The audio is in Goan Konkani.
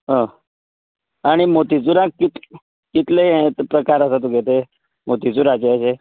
आं आनी मोतीचूरा कितें कितले प्रकार आसा तुगे मोतीचूराचे